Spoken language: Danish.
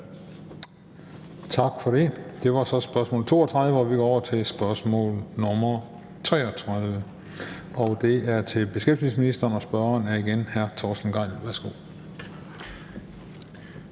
Tak for det. Det var så spørgsmål 32. Vi går over til spørgsmål nr. 33, og det er til beskæftigelsesministeren, og spørgeren er igen hr. Torsten Gejl. Kl.